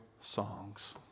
songs